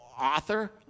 author